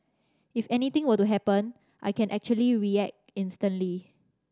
if anything were to happen I can actually react instantly